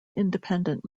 independent